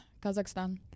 kazakhstan